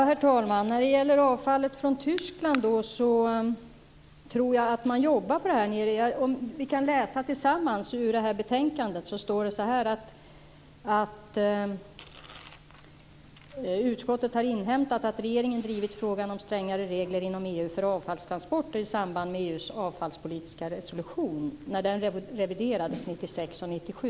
Herr talman! När det gäller avfallet från Tyskland tror jag att man jobbar på det här. Om vi läser i betänkandet kan vi se att "utskottet inhämtat att regeringen drivit frågan om strängare regler inom EU för avfallstransporter i samband med att EU:s avfallspolitiska resolution reviderades 1996 och 1997".